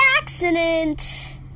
accident